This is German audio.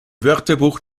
wörterbuch